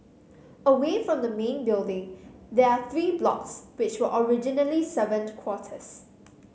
away from the main building there are three blocks which were originally servant quarters